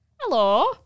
Hello